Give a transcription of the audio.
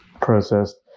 processed